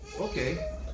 Okay